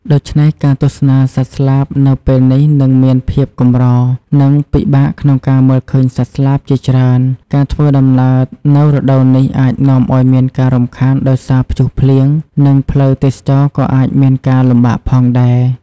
ដូច្នេះការទស្សនាសត្វស្លាបនៅពេលនេះនឹងមានភាពកម្រ និងពិបាកក្នុងការមើលឃើញសត្វស្លាបជាច្រើន។ ការធ្វើដំណើរនៅរដូវនេះអាចនាំឲ្យមានការរំខានដោយសារព្យុះភ្លៀង និងផ្លូវទេសចរណ៍ក៏អាចមានការលំបាកផងដែរ។